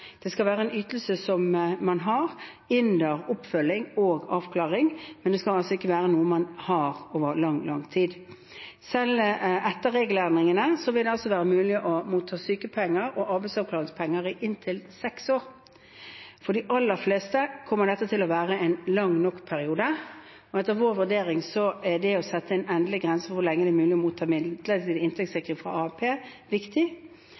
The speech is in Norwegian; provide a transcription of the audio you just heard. Det skal være en ytelse som man har under oppfølging og avklaring, men det skal ikke være noe man har over lang, lang tid. Selv etter regelendringene vil det være mulig å motta sykepenger og arbeidsavklaringspenger i inntil seks år. For de aller fleste kommer det til å være en lang nok periode. Etter vår vurdering er det å sette en endelig grense for hvor lenge det er mulig å motta midlertidig inntektssikring fra AAP, viktig.